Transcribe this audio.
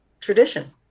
tradition